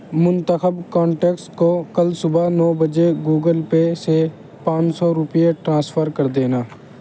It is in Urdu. منتخب کانٹیکٹس کو کل صبح نو بجے گوگل پے سے پانچ سو روپے ٹرانسفر کر دینا